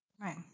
right